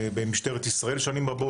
במשטרת ישראל שנים רבות,